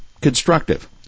constructive